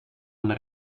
een